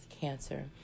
cancer